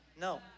No